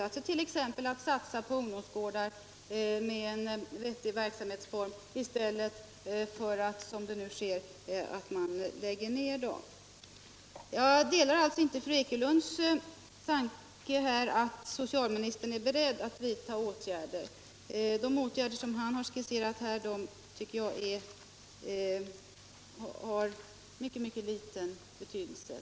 Man borde t.ex. satsa på ungdomsgårdar med en vettig verksamhetsform i stället för att som nu lägga ner dem. Jag delar alltså inte fru Ekelunds inställning att socialministern är beredd att vidta åtgärder. De åtgärder han skisserat tycker jag har mycket liten betydelse.